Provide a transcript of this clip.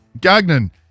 Gagnon